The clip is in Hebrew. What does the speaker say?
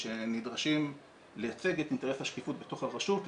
הם נדרשים לייצג את אינטרס השקיפות בתוך הרשות,